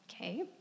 okay